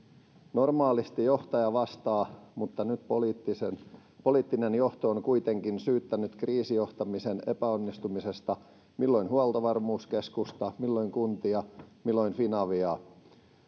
normaalisti johtaja vastaa mutta nyt poliittinen poliittinen johto on kuitenkin syyttänyt kriisijohtamisen epäonnistumisesta milloin huoltovarmuuskeskusta milloin kuntia milloin finaviaa